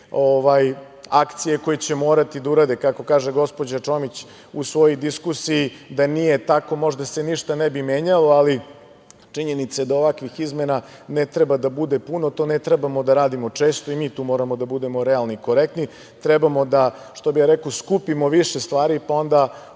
akcije koje će morati da urade, kako kaže gospođa Čomić u svojoj diskusiji, da nije tako možda se ništa ne bi menjalo, ali činjenica je da ovakvih izmena ne treba da bude puno, to ne trebamo da radimo često i mi tu moramo da budemo realni i korektni. Trebamo da, što bi ja rekao, skupimo više stvari pa onda